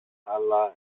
άλλα